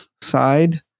side